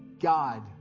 God